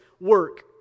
work